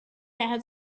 had